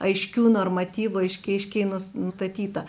aiškių normatyvų aiškiai aiškiai nus nustatyta